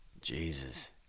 Jesus